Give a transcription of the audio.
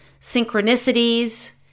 synchronicities